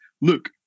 look